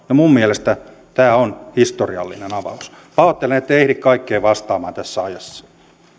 ja minun mielestäni tämä on historiallinen avaus pahoittelen etten ehdi kaikkeen vastaamaan tässä ajassa